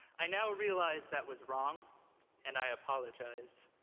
i now realize that was wrong and i apologize.